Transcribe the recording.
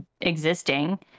existing